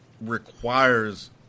requires